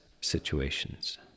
situations